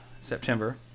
September